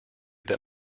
that